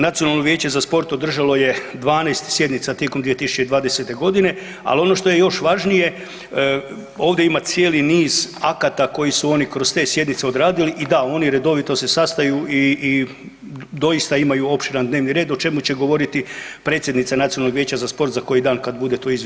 Nacionalno vijeće za sport održalo je 12 sjednica tijekom 2020. godine, ali ono što je još važnije ovdje ima cijeli niz akata koje su oni kroz te sjednice odradili i da oni redovito se sastaju i doista imaju opširan dnevni red o čemu će govoriti predsjednica Nacionalnog vijeća za sport za koji dan kad bude tu izvješće na saboru.